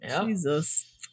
jesus